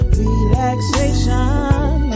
relaxation